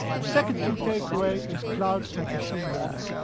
the second key takeaway is cloud and machine learning.